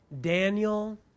Daniel